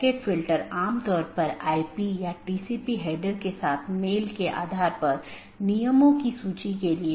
एक और बात यह है कि यह एक टाइपो है मतलब यहाँ यह अधिसूचना होनी चाहिए